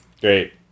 Great